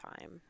time